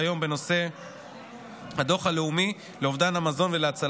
חבר הכנסת אופיר כץ, לכמה הודעות.